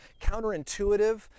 counterintuitive